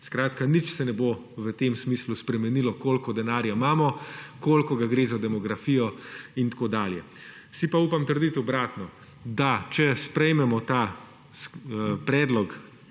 tem smislu spremenilo koliko denarja imamo, koliko ga gre za demografijo in tako dalje. Si pa upam trditi obratno, da če sprejmemo ta predlog